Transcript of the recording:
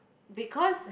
because